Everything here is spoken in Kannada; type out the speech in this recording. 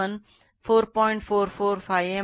44 m N1ಎಂದು ತಿಳಿದಿದೆ ಆದ್ದರಿಂದ N1 E1 4